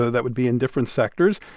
so that would be in different sectors.